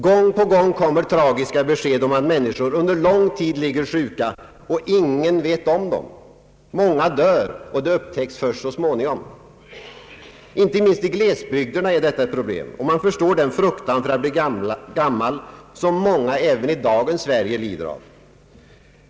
Gång på gång kommer tragiska besked om att människor under lång tid ligger sjuka, och ingen vet om dem. Många dör, och det upptäcks först så småningom. Inte minst i glesbygderna är detta ett problem, och man förstår den fruktan för att bli gammal som många även i dagens Sverige lider av.